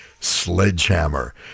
sledgehammer